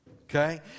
okay